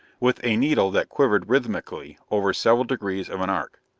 with a needle that quivered rhythmically over several degrees of an arc.